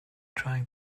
trying